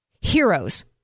Heroes